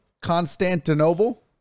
Constantinople